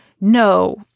no